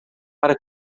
para